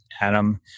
Adam